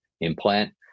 implant